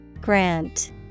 grant